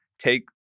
Take